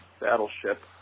Battleship